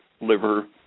liver